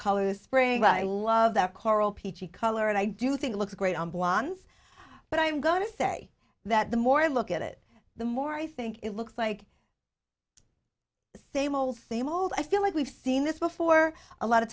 colors spring i love that coral peachy color and i do think it looks great on blondes but i'm going to say that the more i look at it the more i think it looks like same old same old i feel like we've seen this before a lot